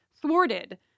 thwarted